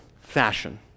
Fashion